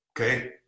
okay